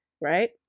right